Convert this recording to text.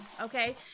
Okay